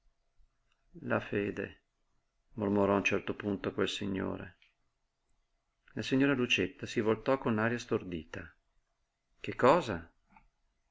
la fede mormorò a un certo punto quel signore la signora lucietta si voltò con aria stordita che cosa